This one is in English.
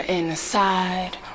inside